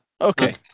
Okay